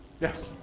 Yes